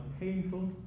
painful